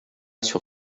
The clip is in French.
sur